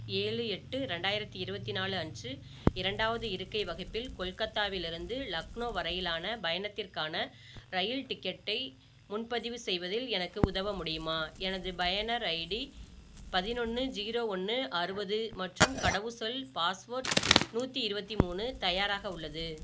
ஏழு எட்டு ரெண்டாயிரத்தி இருபத்தி நாலு அன்று இரண்டாவது இருக்கை வகுப்பில் கொல்கத்தாவிலிருந்து லக்னோ வரையிலான பயணத்திற்கான இரயில் டிக்கெட்டை முன்பதிவு செய்வதில் எனக்கு உதவ முடியுமா எனது பயனர் ஐடி பதினொன்று ஜீரோ ஒன்று அறுபது மற்றும் கடவுச்சொல் பாஸ்வேர்ட் நூற்றி இருபத்தி மூணு தயாராக உள்ளது